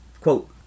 quote